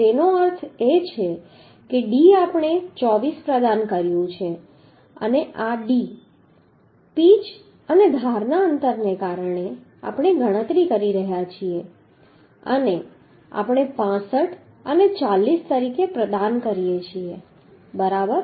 તેનો અર્થ એ છે કે d આપણે 24 પ્રદાન કર્યું છે અને આ d પિચ અને ધારના અંતરને કારણે આપણે ગણતરી કરી રહ્યા છીએ અને આપણે 65 અને 40 તરીકે પ્રદાન કરીએ છીએ બરાબર